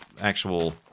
actual